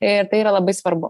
ir tai yra labai svarbu